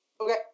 Okay